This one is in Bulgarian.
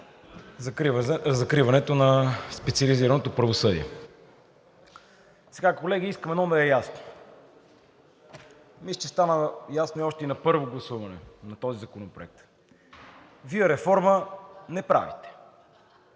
закриването на специализираното правосъдие. Колеги, искам едно да е ясно, мисля че стана ясно още и на първо гласуване на този законопроект. Вие реформа не правите!